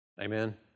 Amen